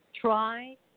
try